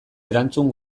erantzun